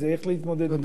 תודה.